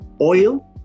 oil